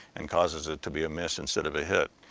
and causes it to be a miss instead of a hit.